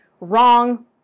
wrong